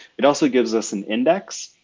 it also gives us an index,